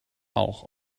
auch